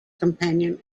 companion